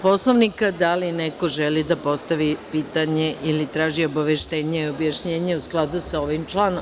Poslovnika, da li neko želi da postavi pitanje ili traži obaveštenje ili objašnjenje u skladu sa ovim članom?